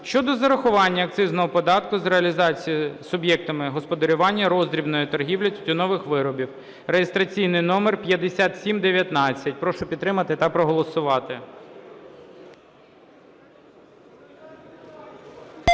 щодо зарахування акцизного податку з реалізації суб'єктами господарювання роздрібної торгівлі тютюнових виробів (реєстраційний номер 5719). Прошу підтримати та проголосувати.